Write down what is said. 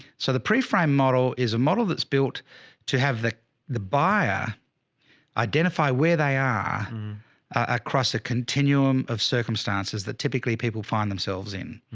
so the pre-frame model is a model that's built to have the the buyer identify where they are across a continuum of circumstances that typically people find themselves in.